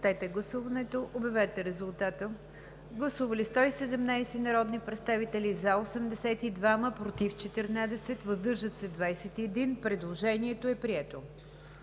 въздържали се 30. Предложението е прието.